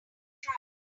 try